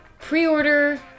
pre-order